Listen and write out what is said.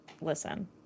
Listen